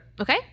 Okay